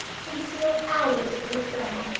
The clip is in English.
can steal hours for his friend,